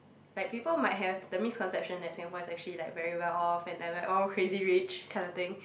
like people might have the misconception that Singapore is actually like very well off and like we're all Crazy Rich kind of thing